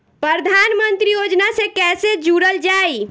प्रधानमंत्री योजना से कैसे जुड़ल जाइ?